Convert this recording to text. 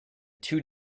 two